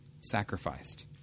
sacrificed